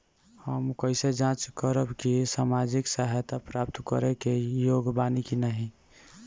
हम कइसे जांच करब कि सामाजिक सहायता प्राप्त करे के योग्य बानी की नाहीं?